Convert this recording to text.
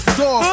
dog